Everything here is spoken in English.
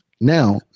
Now